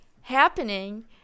happening